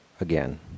again